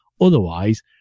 Otherwise